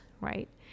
Right